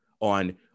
on